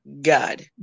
God